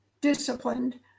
disciplined